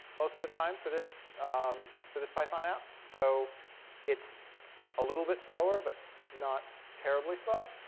most of the time for this um for this python app. so it's a little bit slower, but not terribly slow.